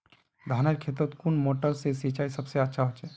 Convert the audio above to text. धानेर खेतोत कुन मोटर से सिंचाई सबसे अच्छा होचए?